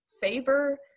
favor